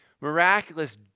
Miraculous